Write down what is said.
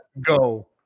go